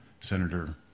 Senator